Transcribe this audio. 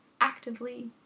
actively